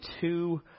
two